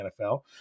NFL